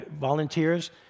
Volunteers